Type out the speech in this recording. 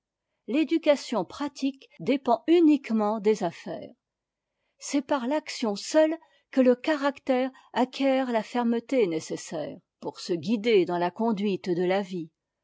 l'éducation pratique dépend uniquement des affaires c'est par l'action seule que le caractère acquiert la fermeté nécessaire pour se guider dans la conduite de la vie